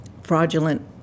fraudulent